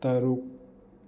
ꯇꯔꯨꯛ